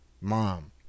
mom